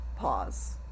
pause